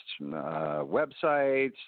websites